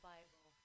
Bible